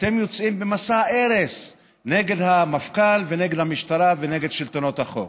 אתם יוצאים במסע הרס נגד המפכ"ל ונגד המשטרה ונגד שלטונות החוק.